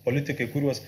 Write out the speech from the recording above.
politikai kur juos